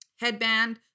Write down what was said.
headband